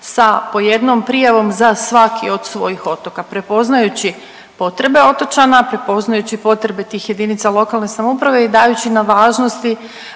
sa po jednom prijavom za svaki od svojih otoka prepoznajući potrebe otočana, prepoznajući potrebe tih JLS i dajući na važnosti